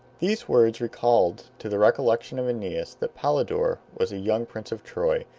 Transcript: these words recalled to the recollection of aeneas that polydore was a young prince of troy,